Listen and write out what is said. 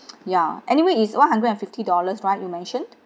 ya anyway is one hundred and fifty dollars right you mentioned